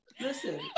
Listen